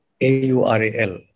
A-U-R-A-L